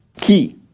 key